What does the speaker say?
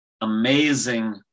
amazing